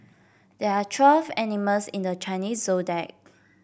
there are twelve animals in the Chinese Zodiac